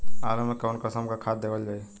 आलू मे कऊन कसमक खाद देवल जाई?